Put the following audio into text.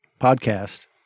podcast